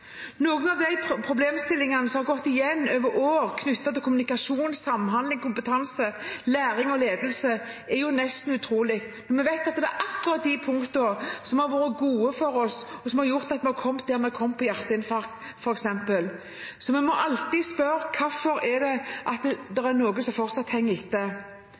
Noen av de problemstillingene som har gått igjen over år, er knyttet til kommunikasjon, samhandling, kompetanse, læring og ledelse. Det er nesten utrolig – vi vet at det er akkurat de punktene som har vært gode for oss, og som har gjort at vi har kommet dit vi har kommet når det gjelder hjerteinfarkt, f.eks. Så vi må alltid spørre: Hvorfor er dette noe som fortsatt henger